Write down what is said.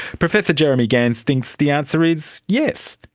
professor jeremy gans thinks the answer is yes!